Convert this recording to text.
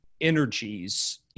energies